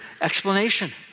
explanation